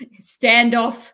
standoff